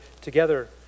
together